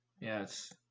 Yes